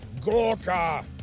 Gorka